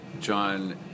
John